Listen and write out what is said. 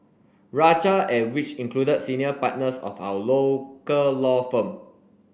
rajah and which included senior partners of our local law firm